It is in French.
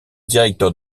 directeur